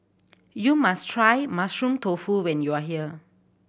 you must try Mushroom Tofu when you are here